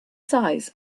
size